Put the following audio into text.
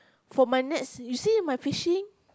for my nets you see my fishing